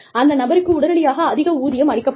அந்த நபருக்கு உடனடியாக அதிக ஊதியம் அளிக்கப்படாது